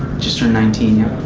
just turned nineteen, yup.